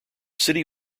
city